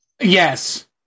Yes